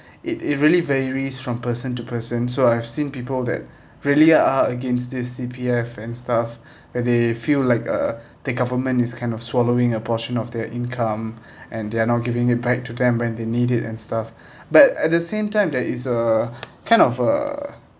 it it really varies from person to person so I've seen people that really are against this C_P_F and stuff and they feel like uh the government is kind of swallowing a portion of their income and they're not giving it back to them when they need it and stuff but at the same time there is a kind of a